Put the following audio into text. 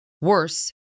worse